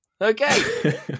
Okay